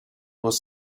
was